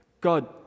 God